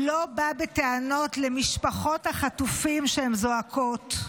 לא בא בטענות למשפחות החטופים כשהן זועקות.